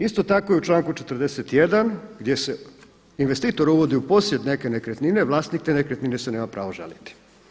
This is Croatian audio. Isto tako i u članku 41. gdje se investitor uvodi u posjet neke nekretnine vlasnik te nekretnine se nema pravo žaliti.